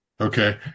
Okay